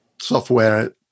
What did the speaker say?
software